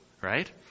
right